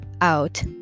out